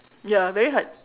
ya very hard